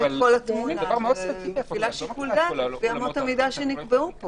את כל התמונה ומפעילה שיקול דעת לפי אמות המידה שנקבעו פה.